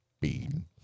Bean